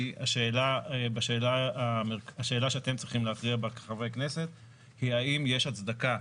השאלה שאתם צריכים להכריע בה כחברי כנסת היא האם יש הצדקה